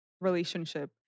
relationship